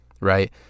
right